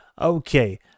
Okay